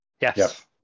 Yes